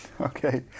Okay